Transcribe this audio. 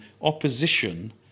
opposition